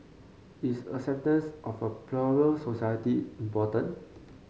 is acceptance of a plural society important